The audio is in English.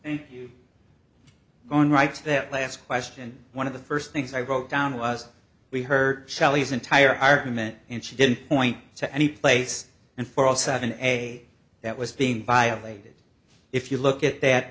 and you own rights that last question one of the first things i wrote down was we heard sally's entire argument and she didn't point to any place and for all seven a that was being violated if you look at that